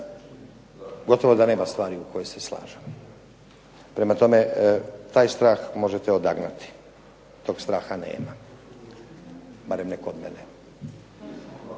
gotovo da nema stvari u kojoj se slažemo. Prema tome, taj strah možete odagnati, tog straha nema, barem ne kod mene.